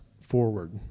forward